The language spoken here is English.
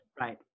right